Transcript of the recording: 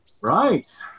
Right